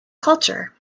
culture